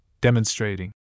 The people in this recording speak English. demonstrating